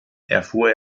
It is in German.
erfuhr